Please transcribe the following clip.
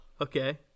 Okay